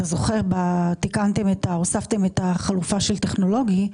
אתה זוכר שהוספתם את החלופה של טכנולוגי,